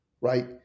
right